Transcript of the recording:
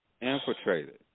infiltrated